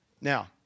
Now